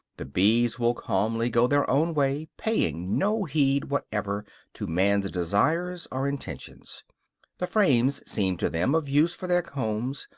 the bees will calmly go their own way, paying no heed whatever to man's desires or intentions the frames seem to them of use for their combs,